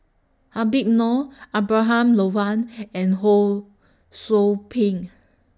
Habib Noh Abraham Logan and Ho SOU Ping